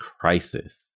crisis